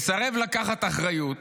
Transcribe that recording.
מסרב לקחת אחריות